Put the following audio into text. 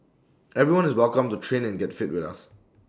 everyone is welcome to train and get fit with us